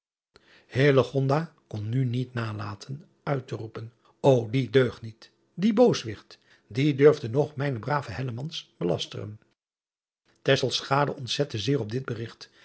kon nu niet nalaten uit te reopen o ie deugniet die booswicht die durfde nog mijnen braven belasteren ontzette zeer op dit berigt